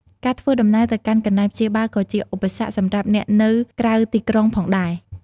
ការធ្វើដំណើរទៅកាន់កន្លែងព្យាបាលក៏ជាឧបសគ្គសម្រាប់អ្នកនៅក្រៅទីក្រុងផងដែរ។